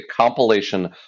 compilation